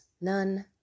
none